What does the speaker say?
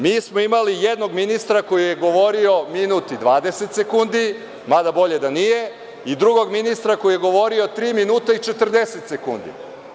Mi smo imali jednog ministra koji je govorio minut i 20 sekundi, mada bolje da nije, i drugog ministra koji je govorio tri minuta i 40 sekundi.